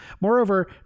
Moreover